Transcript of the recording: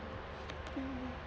um